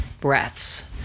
breaths